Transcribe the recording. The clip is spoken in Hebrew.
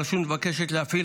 הרשות מבקשת להפעיל